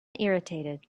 irritated